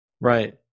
Right